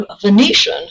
Venetian